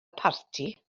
parti